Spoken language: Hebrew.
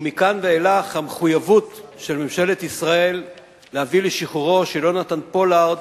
ומכאן ואילך המחויבות של ממשלת ישראל להביא לשחרורו של יונתן פולארד